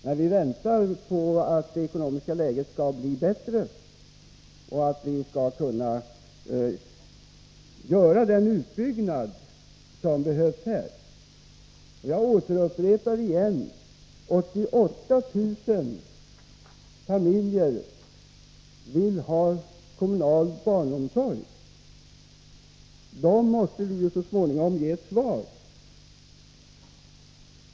Men vi väntar på att det ekonomiska läget skall bli bättre och att vi skall kunna göra den utbyggnad som behövs i detta sammanhang. Jag upprepar: 88 000 familjer vill ha kommunal barnomsorg. Dessa familjer måste vi så småningom ge ett svar.